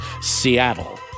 Seattle